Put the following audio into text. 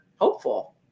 hopeful